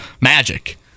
magic